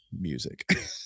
music